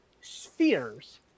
spheres